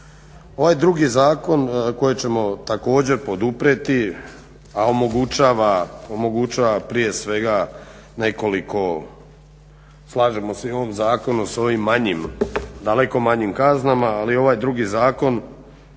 Ovaj drugi zakon koji ćemo također poduprijeti, a omogućava prije svega nekoliko slažemo se i u ovom zakonu s ovim daleko manjim kaznama, ali ovaj drugi zakon